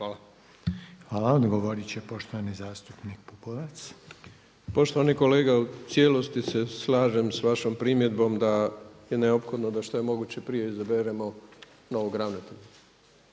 (HDZ)** Hvala. Odgovorit će poštovani zastupnik Pupovac. **Pupovac, Milorad (SDSS)** Poštovani kolega u cijelosti se slažem s vašom primjedbom da je neophodno da što je moguće prije izaberemo novog ravnatelja